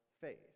faith